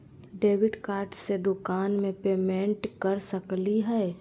Debit card से दुकान में पेमेंट कर सकली हई?